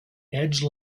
edge